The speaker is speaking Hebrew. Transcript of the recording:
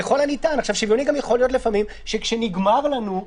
והאדם אומר שהוא לא מוכן להסכמון כי הוא שומר שבת,